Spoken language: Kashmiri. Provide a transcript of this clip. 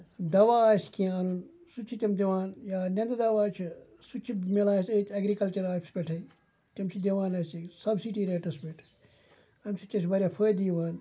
دَوا آسہِ کینٛہہ اَنُن سُہ تہِ چھِ تِم دِوان یا ںٮ۪نٛدٕ دَوا چھِ سُہ تہِ چھِ مِلان اَسہِ ییٚتہِ اٮ۪گرِکَلچَر آفِسہٕ پٮ۪ٹھَے تِم چھِ دِوان اَسہِ سَبسِٹی ریٹَس پٮ۪ٹھ اَمہِ سۭتۍ چھِ اَسہِ واریاہ فٲیدٕ یِوان